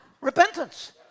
repentance